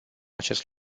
acest